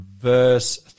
verse